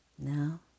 now